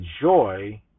joy